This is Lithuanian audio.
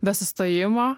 be sustojimo